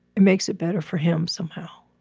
it makes it better for him somehow.